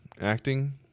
acting